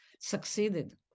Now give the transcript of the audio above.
succeeded